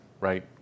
right